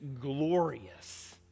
glorious